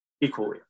equally